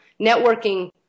networking